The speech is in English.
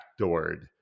backdoored